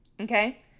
Okay